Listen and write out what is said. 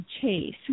chase